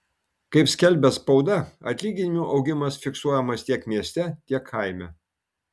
kaip skelbia spauda atlyginimų augimas fiksuojamas tiek mieste tiek kaime